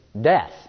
death